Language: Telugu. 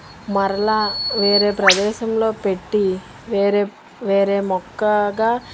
మరల వేరే ప్రదేశంలో పెట్టి వేరే వేరే మొక్కగా